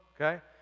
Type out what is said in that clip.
okay